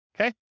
okay